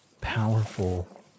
powerful